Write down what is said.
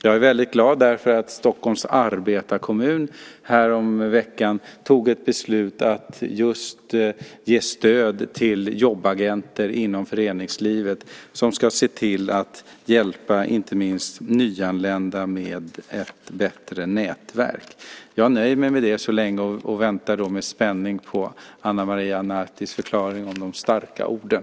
Jag är väldigt glad därför att Stockholms Arbetarekommun häromveckan tog ett beslut om att just ge stöd till jobbagenter inom föreningslivet som ska se till att hjälpa inte minst nyanlända med ett bättre nätverk. Jag nöjer mig med detta så länge och väntar med spänning på Ana Maria Nartis förklaring om de starka orden.